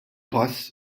pass